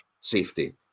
safety